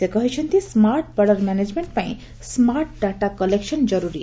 ସେ କହିଛନ୍ତି smart border ମ୍ୟାନେଜ୍ମେଣ୍ଟପାଇଁ ସ୍କାର୍ଟ ଡାଟା କଲେକ୍ସନ୍ ଜର୍ରରୀ